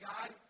God